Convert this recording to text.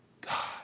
God